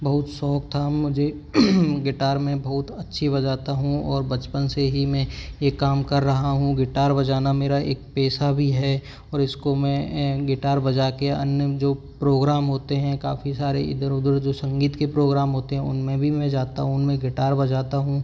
बहुत शौक था मुझे गिटार मैं बहुत अच्छी बजाता हूँ और बचपन से ही में ये काम कर रहा हूँ गिटार बजाना मेरा एक पेशा भी है और इसको मैं गिटार बजा के अन्य जो प्रोग्राम होते हैं काफ़ी सारे इधर उधर जो संगीत के प्रोग्राम होते हैं उनमें भी मैं जाता हूँ उनमें गिटार बजाता हूँ